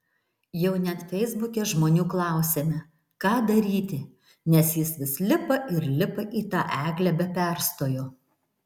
jau net feisbuke žmonių klausėme ką daryti nes jis vis lipa ir lipa į tą eglę be perstojo